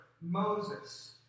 Moses